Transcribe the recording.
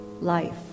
life